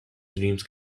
dreams